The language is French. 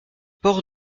port